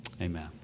Amen